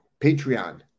Patreon